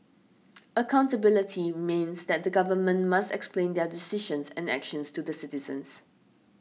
accountability means that the Government must explain their decisions and actions to the citizens